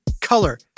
color